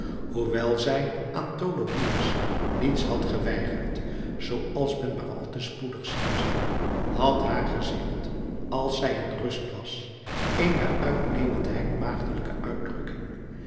hoewel zij aan tholomyès niets had geweigerd zooals men maar al te spoedig zien zal had haar gezicht als zij in rust was een bij uitnemendheid maagdelijke uitdrukking